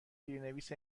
زیرنویس